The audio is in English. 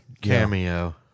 cameo